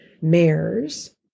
mares